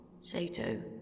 Sato